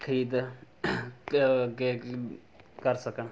ਖਰੀਦ ਕ ਅੱਗੇ ਕਰ ਸਕਣ